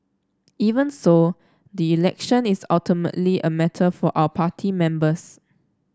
even so the election is ultimately a matter for our party members